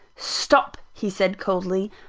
stop, he said coldly,